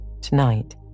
tonight